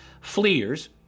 fleers